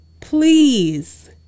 Please